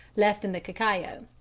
left in the cacao,